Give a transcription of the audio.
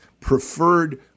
preferred